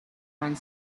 one